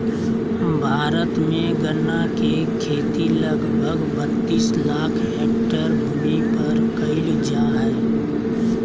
भारत में गन्ना के खेती लगभग बत्तीस लाख हैक्टर भूमि पर कइल जा हइ